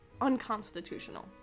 unconstitutional